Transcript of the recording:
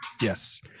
Yes